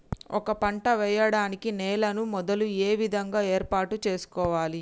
ఒక పంట వెయ్యడానికి నేలను మొదలు ఏ విధంగా ఏర్పాటు చేసుకోవాలి?